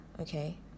okay